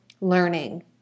learning